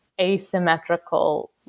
asymmetrical